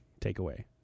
takeaway